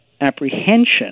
apprehension